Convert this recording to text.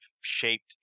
shaped